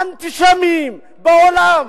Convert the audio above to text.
לאנטישמים בעולם.